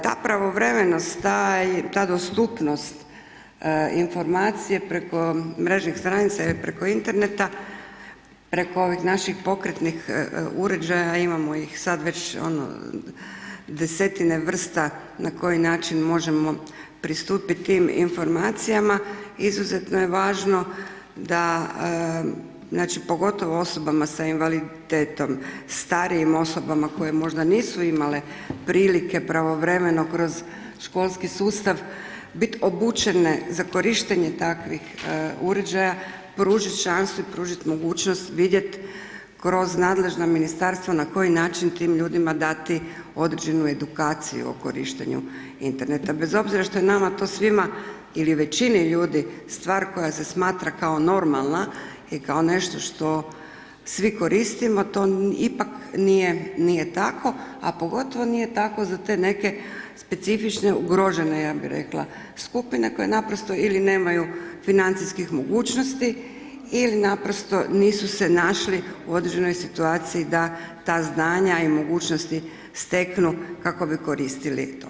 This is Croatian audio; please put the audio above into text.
Ta pravovremenost ta dostupnost informacija preko mrežnih stranica ili preko interneta, preko ovih naših pokretnih uređaja, imamo ih sada već ono desetine vrsta na koji način možemo pristupiti tim informacijama, izuzetno je važno da pogotovo osoba s invaliditetom, starijim osobama, koje možda nisu imale priliku pravovremeno kroz školski sustav, biti obučene za korištenje takvih uređaja, pružiti šansu i pružiti mogućnost, vidjeti kroz nadležna ministarstva, na koji način, tim ljudima dati određenu edukaciju o korištenju interneta, bez obzira što je nama to svima ili veći ljudi stvar koja se smatra kao normalna i kao nešto što svi koristimo to ipak nije, nije tako, a pogotovo nije tako za te neke specifične ugrožene ja bi rekla skupine, koji naprosto ili nemaju financijskih mogućnosti ili naprosto nisu se našli u određenoj situaciji da ta znanja i mogućnosti steknu kako bi koristili to.